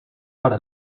para